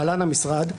להלן המשרד,